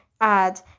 Add